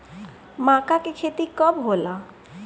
माका के खेती कब होला?